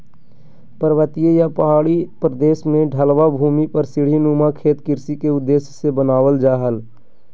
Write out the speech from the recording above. पर्वतीय या पहाड़ी प्रदेश के ढलवां भूमि पर सीढ़ी नुमा खेत कृषि के उद्देश्य से बनावल जा हल